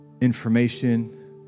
information